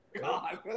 God